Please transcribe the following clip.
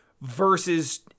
versus